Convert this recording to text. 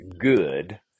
good